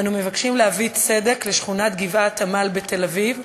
אנו מבקשים להביא צדק לשכונת גבעת-עמל בתל-אביב,